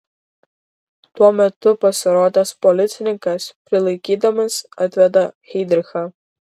tuo metu pasirodęs policininkas prilaikydamas atveda heidrichą